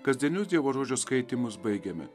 kasdienius dievo žodžio skaitymus baigėme